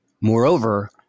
moreover